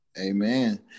Amen